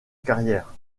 carrière